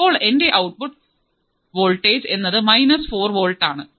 അപ്പോൾ എൻറെ output voltage എന്നത് മൈനസ് ഫോർ വോൾട്ട് ആണ്